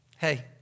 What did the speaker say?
hey